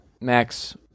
Max